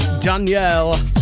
Danielle